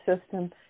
system